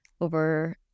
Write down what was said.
over